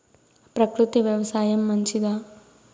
ప్రకృతి వ్యవసాయం మంచిదా?